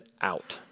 out